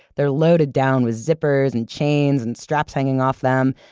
they're loaded down with zippers and chains and straps hanging off them.